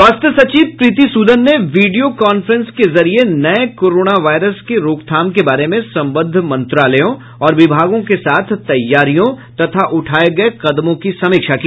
स्वास्थ्य सचिव प्रीती सूदन ने वीडियो कॉन्फ्रेंस के जरिए नए कोरोनावायरस के रोकथाम के बारे में संबद्ध मंत्रालयों और विभागों के साथ तैयारियों तथा उठाए गए कदमों की समीक्षा की